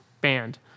banned